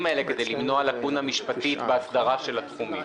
האלה כדי למנוע לקונה משפטית בהסדרה של התחומים.